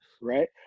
Right